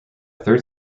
third